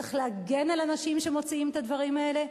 צריך להגן על אנשים שמוציאים את הדברים האלה,